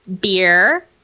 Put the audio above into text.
beer